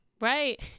Right